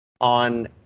on